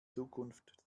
zukunft